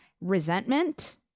resentment